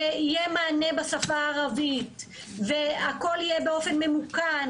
יהיה מענה בשפה הערבית והכל יהיה באופן ממוכן.